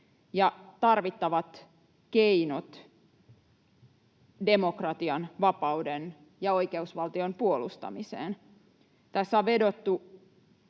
ja tarvittavat keinot demokratian, vapauden ja oikeusvaltion puolustamiseen. Tässä on vedottu,